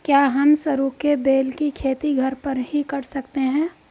क्या हम सरू के बेल की खेती घर पर ही कर सकते हैं?